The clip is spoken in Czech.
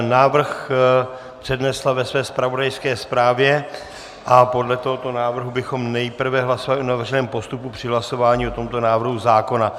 Návrh přednesla ve své zpravodajské zprávě a podle tohoto návrhu bychom nejprve hlasovali o navrženém postupu při hlasování o tomto návrhu zákona.